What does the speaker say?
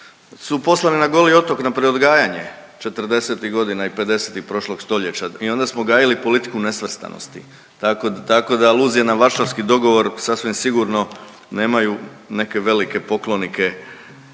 su poslali na Goli otok na preodgajanje 40-ih godina i 50-ih, prošlog stoljeća i onda smo gajili politiku nesvrstanosti. Tako da, tako da aluzije na varšavski dogovor sasvim sigurno nemaju neke velike poklonike